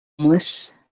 Homeless